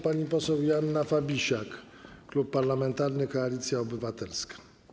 Pani poseł Joanna Fabisiak, Klub Parlamentarny Koalicja Obywatelska.